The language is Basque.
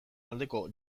aldeko